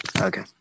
Okay